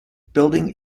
building